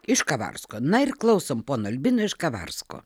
iš kavarsko na ir klausom pono albino iš kavarsko